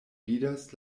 vidas